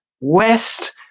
west